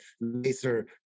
laser